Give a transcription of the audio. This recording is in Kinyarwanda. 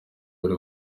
bari